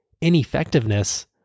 ineffectiveness